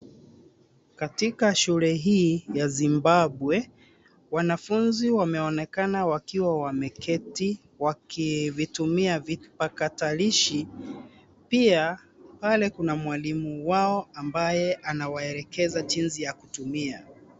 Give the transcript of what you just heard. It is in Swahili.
Katika shule hii ya Zimbabwe, wanafunzi wameonekana wakiwa wameketi wakivitumia vipakatalishi. Pia, pale kuna mwalimu wao ambaye anawaelekeza jinsi ya kutumia.